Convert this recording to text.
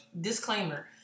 Disclaimer